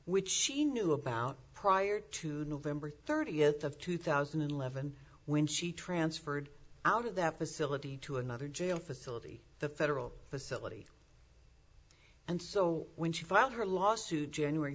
which she knew about prior to november thirtieth of two thousand and eleven when she transferred out of that facility to another jail facility the federal facility and so when she filed her lawsuit january